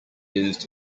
used